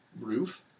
roof